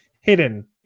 hidden